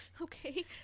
okay